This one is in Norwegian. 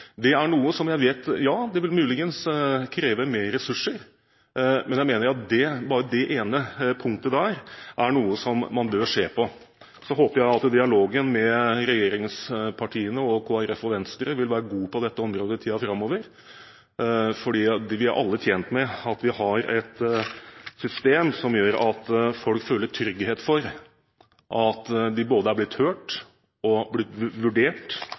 Det vil muligens kreve flere ressurser, men jeg mener at bare dette ene punktet er noe som man bør se på. Jeg håper at dialogen mellom regjeringspartiene og Kristelig Folkeparti og Venstre vil være god på dette området i tiden framover. Vi er alle tjent med at vi har et system som gjør at folk føler trygghet for at de er både blitt hørt og blitt vurdert